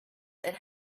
and